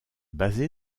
basé